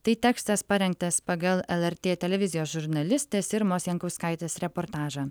tai tekstas parengtas pagal lrt televizijos žurnalistės irmos jankauskaitės reportažą